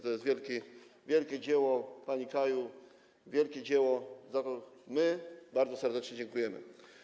To jest wielkie dzieło, pani Kaju, wielkie dzieło, za to bardzo serdecznie dziękujemy.